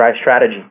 strategy